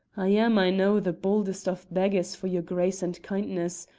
i am, i know, the boldest of beggars for your grace and kindness.